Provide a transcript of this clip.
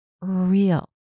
real